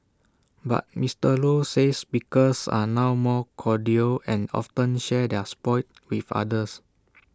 but Mister low says pickers are now more cordial and often share their spoils with others